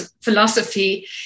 philosophy